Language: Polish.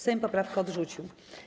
Sejm poprawkę odrzucił.